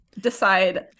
decide